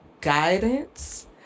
guidance